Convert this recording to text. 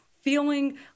feeling